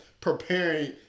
preparing